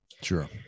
Sure